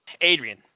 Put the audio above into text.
Adrian